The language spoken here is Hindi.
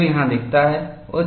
जो यहाँ दिखता है